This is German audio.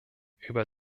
über